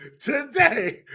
today